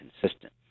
consistent